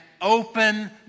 open